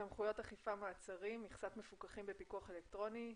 (סמכויות אכיפה-מעצרים)(מכסת מפוקחים בפיקוח אלקטרוני),